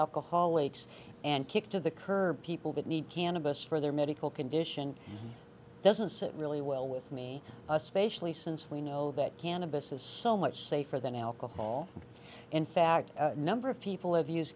hallway and kick to the curb people that need cannabis for their medical condition doesn't sit really well with me especially since we know that cannabis is so much safer than alcohol in fact a number of people have used